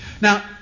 Now